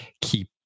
keep